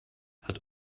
hat